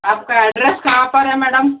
आपका एड्रेस कहाँ पर है मेडम